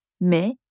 mais